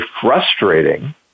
frustrating